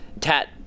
tat